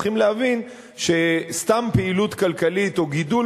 צריכים להבין שסתם פעילות כלכלית או גידול